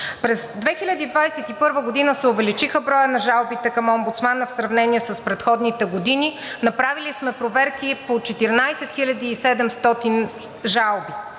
През 2021 г. се увеличи броят на жалбите към омбудсмана в сравнение с предходните години. Направили сме проверки по 14 700 жалби.